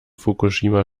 fukushima